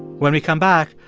when we come back,